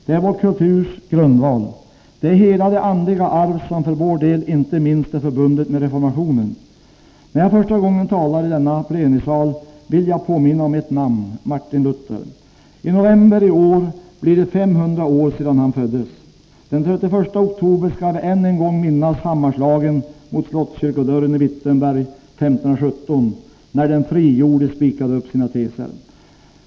Den är vår kulturs grundval. Den är hela det andliga arv som för vår del är förbundet inte minst med reformationen. När jag för första gången talar i denna plenisal vill jag påminna om ett namn: Martin Luther. I november blir det 500 år sedan Martin Luther föddes. Den 31 oktober skall vi än en gång minnas hammarslagen mot slottskyrkodörren i Wittenberg 1517, när den frigjorde spikade upp sina teser.